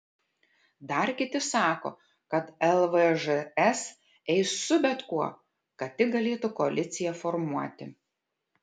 dar kiti sako kad lvžs eis su bet kuo kad tik galėtų koaliciją formuoti